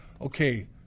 okay